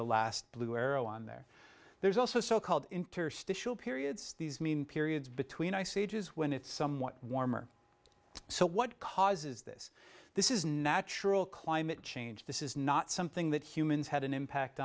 the last blue arrow on there there's also so called interstitial periods these mean periods between ice ages when it's somewhat warmer so what causes this this is natural climate change this is not something that humans had an impact